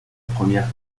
première